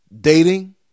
dating